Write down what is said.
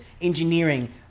engineering